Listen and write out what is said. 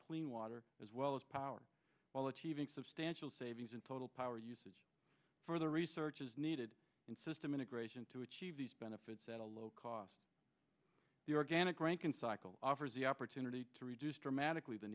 clean water as well as power while achieving substantial savings in total power usage further research is needed in system integration to achieve these benefits at a low cost the organic rank in cycle offers the opportunity to reduce dramatically the